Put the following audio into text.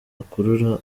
ukurura